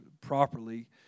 properly